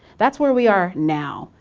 that's where we are now.